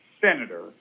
Senator